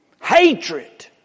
hatred